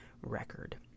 record